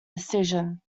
decision